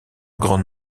grande